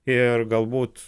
ir galbūt